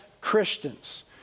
Christians